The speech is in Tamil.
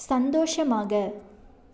சந்தோஷமாக